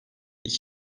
iki